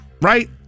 right